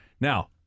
Now